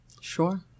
sure